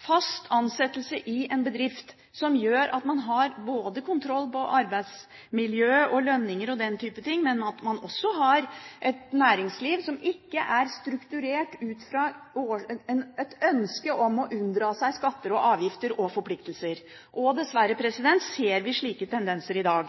Fast ansettelse i en bedrift betyr at en har kontroll på både arbeidsmiljø, lønninger og den type ting, men også at man har et næringsliv som ikke er strukturert ut fra et ønske om å unndra seg skatter, avgifter og forpliktelser. Dessverre ser vi slike tendenser i dag.